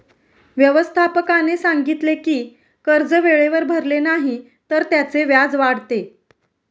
व्यवस्थापकाने सांगितले की कर्ज वेळेवर भरले नाही तर त्याचे व्याज वाढते